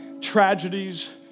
tragedies